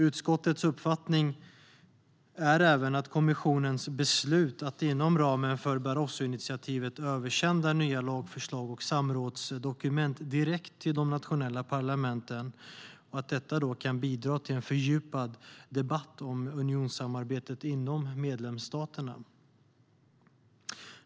Utskottets uppfattning är även att kommissionens beslut att inom ramen för Barrosoinitiativet översända nya lagförslag och samrådsdokument direkt till de nationella parlamenten kan bidra till en fördjupad debatt om unionssamarbetet inom medlemsstaterna.